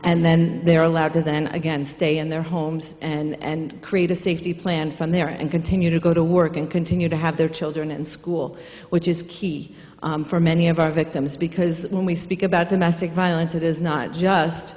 and then they're allowed to then again stay in their homes and create a safety plan from there and continue to go to work and continue to have their children in school which is key for many of our victims because when we speak about domestic violence it is not just